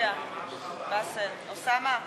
ההסתייגות (86) של קבוצת סיעת הרשימה המשותפת לסעיף 5 לא נתקבלה.